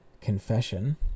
confession